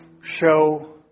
show